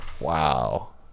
wow